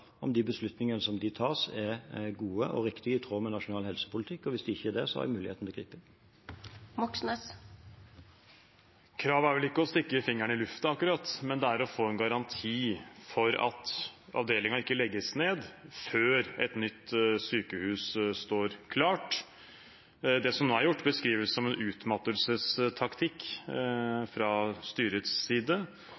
om beslutningene de tar, er gode og riktige og i tråd med nasjonal helsepolitikk. Hvis de ikke er det, har jeg muligheten til å gripe inn. Kravet er vel ikke å stikke fingeren i lufta akkurat, men å få en garanti for at avdelingen ikke legges ned før et nytt sykehus står klart. Det som nå er gjort, beskrives som en utmattelsestaktikk